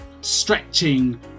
stretching